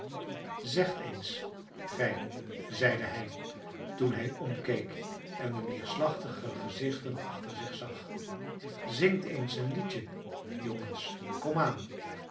zegt eens gij zeide hij toen hij omkeek en de neerslachtige gezichten achter zich zag zingt eens een liedje